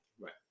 Right